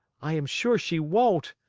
i am sure she won't.